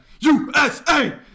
USA